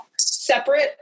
separate